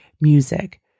music